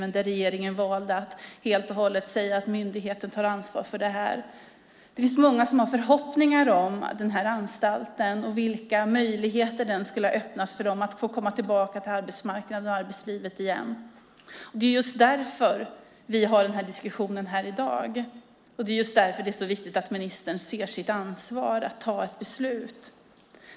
Men där valde regeringen att helt och hållet säga att myndigheten tar ansvar för det. Det finns många som har förhoppningar om anstalten och de möjligheter den skulle ha öppnat för dem att komma tillbaka till arbetsmarknaden och arbetslivet igen. Det är just därför vi har diskussionen här i dag och det är så viktigt att ministern ser sitt ansvar att fatta ett beslut.